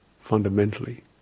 fundamentally